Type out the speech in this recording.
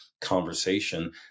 conversation